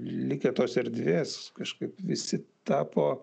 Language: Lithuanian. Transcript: likę tos erdvės kažkaip visi tapo